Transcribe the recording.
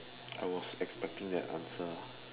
I was expecting that answer